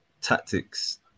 tactics